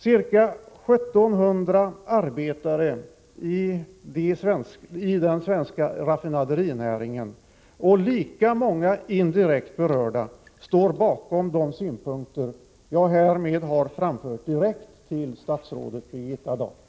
Ca 1700 arbetare i den svenska raffinaderinäringen och lika många indirekt berörda står bakom de synpunkter jag härmed har framfört direkt till statsrådet Birgitta Dahl.